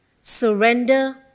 surrender